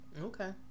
Okay